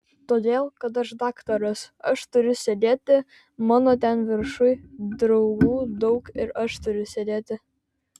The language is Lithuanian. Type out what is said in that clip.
todėl kad aš daktaras aš turiu sėdėti mano ten viršuj draugų daug ir aš turiu sėdėti